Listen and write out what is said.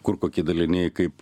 kur kokie daliniai kaip